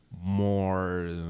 more